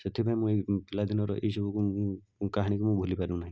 ସେଥିପାଇଁ ମୁଁ ଏଇ ପିଲାଦିନର ଏଇଯେଉଁ କାହାଣୀକୁ ମୁଁ ଭୁଲିପାରୁନାହିଁ